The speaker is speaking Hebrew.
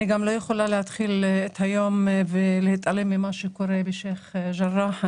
אני לא יכולה להתעלם ממה שקורה בשייח' ג'ראח.